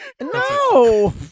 No